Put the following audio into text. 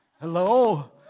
Hello